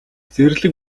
зэрлэг